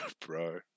bro